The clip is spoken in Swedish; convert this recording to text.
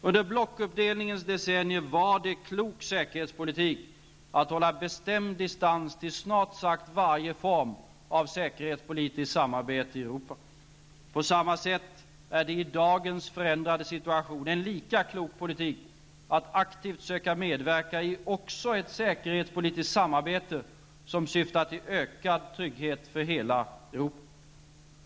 Under blockuppdelningens decennier var det klok säkerhetspolitik att hålla bestämd distans till snart sagt vare form av säkerhetspolitiskt samarbete i Europa. På samma sätt är det i dagens förändrade situation en lika klok politik att aktivt söka medverka i också ett säkerhetspolitiskt samarbete som syftar till ökad trygghet för hela Europa.